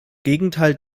gegenteil